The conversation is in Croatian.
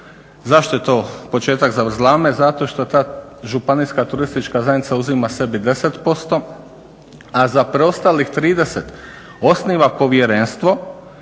Zašto je to početak zavrzlame? Zato što ta županijska turistička zajednica uzima sebi 10%, a za preostalih 30 osniva povjerenstvo